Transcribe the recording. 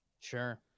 Sure